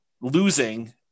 losing